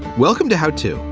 welcome to how to.